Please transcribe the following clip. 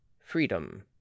freedom